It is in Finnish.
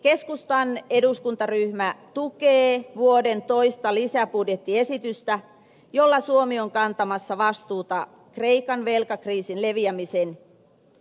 keskustan eduskuntaryhmä tukee vuoden toista lisäbudjettiesitystä jolla suomi on kantamassa vastuuta kreikan velkakriisin leviämisen estämisessä